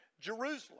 Jerusalem